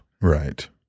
Right